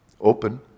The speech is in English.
open